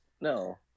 No